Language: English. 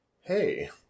hey